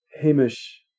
Hamish